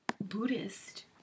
Buddhist